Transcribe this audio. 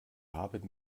haben